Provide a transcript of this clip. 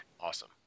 awesome